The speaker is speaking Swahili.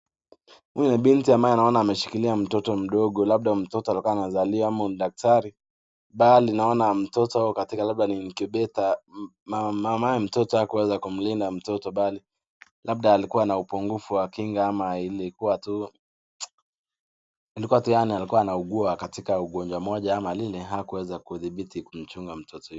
Huyu ni binti ambaye naona ameshikilia mtoto mdogo, labda mtoto alikuwa anazaliwa ama dakitari. Mbali naona mtoto katika labda ni incubator , mama mtoto hakuweza kumlinda mtoto bali labda alikuwa na upungufu wa kinga ama ilikuwa tu, alikuwa tu yani alikuwa anaugua katika ugonjwa moja au lile hakuweza kudhibiti kumchunga mtoto..